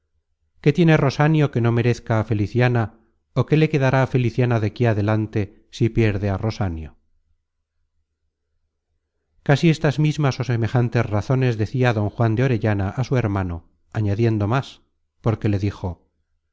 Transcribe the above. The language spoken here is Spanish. qué tiene rosanio que no merezca á feliciana ó qué le quedará á feliciana de aquí adelante si pierde á rosanio casi estas mismas ó semejantes razones decia don juan de orellana á su hermano añadiendo más porque le dijo